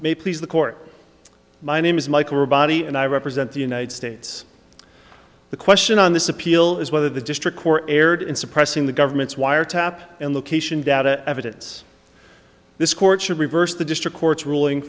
may please the court my name is michael rabbani and i represent the united states the question on this appeal is whether the district court erred in suppressing the government's wiretap and location data evidence this court should reverse the district court's ruling